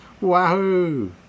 Wahoo